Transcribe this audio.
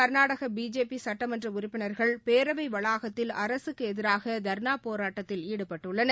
கர்நாடகபிஜேபிசட்டமன்றஉறுப்பினர்கள் இந்நிலையில் பேரவைவளாகத்தில் அரசுக்குஎதிராகதர்ணாபோராட்டத்தில் ஈடுபட்டுள்ளனர்